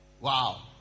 wow